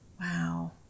Wow